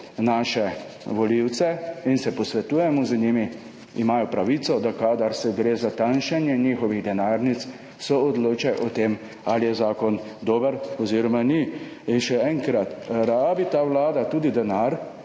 naše volivce in se posvetujemo z njimi imajo pravico, da kadar se gre za tanjšanje njihovih denarnic, soodločajo o tem ali je zakon dober oziroma ni. Še enkrat ta Vlada rabi tudi denar,